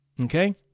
Okay